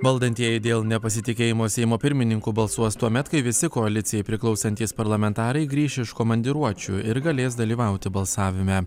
valdantieji dėl nepasitikėjimo seimo pirmininku balsuos tuomet kai visi koalicijai priklausantys parlamentarai grįš iš komandiruočių ir galės dalyvauti balsavime